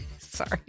Sorry